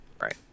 Right